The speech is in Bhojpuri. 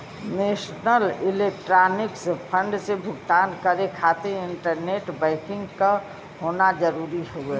नेशनल इलेक्ट्रॉनिक्स फण्ड से भुगतान करे खातिर इंटरनेट बैंकिंग क होना जरुरी हउवे